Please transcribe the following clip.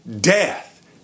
Death